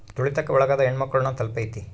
ತುಳಿತಕ್ಕೆ ಒಳಗಾದ ಹೆಣ್ಮಕ್ಳು ನ ತಲುಪೈತಿ